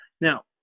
Now